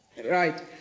Right